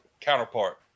counterpart